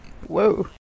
Whoa